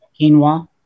Quinoa